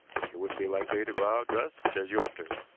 she wouldn't be likely to go out dressed as you left her.